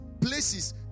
places